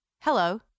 Hello